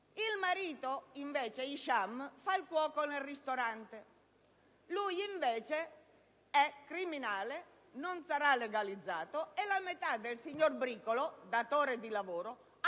il marito Isham, invece, che fa il cuoco nel ristorante, è criminale, non sarà legalizzato e la metà del signor Bricolo, datore di lavoro,